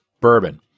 bourbon